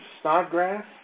Snodgrass